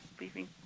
leaving